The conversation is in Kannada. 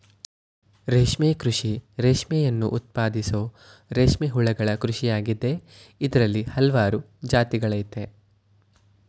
ರೇಷ್ಮೆ ಕೃಷಿ ರೇಷ್ಮೆಯನ್ನು ಉತ್ಪಾದಿಸೋ ರೇಷ್ಮೆ ಹುಳುಗಳ ಕೃಷಿಯಾಗಿದೆ ಇದ್ರಲ್ಲಿ ಹಲ್ವಾರು ಜಾತಿಗಳಯ್ತೆ